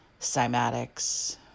cymatics